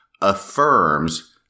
affirms